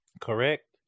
Correct